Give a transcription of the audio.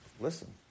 Listen